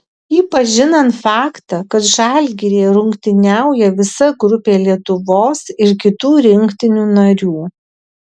ypač žinant faktą kad žalgiryje rungtyniauja visa grupė lietuvos ir kitų rinktinių narių